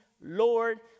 Lord